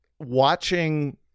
watching